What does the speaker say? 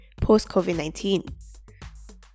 post-COVID-19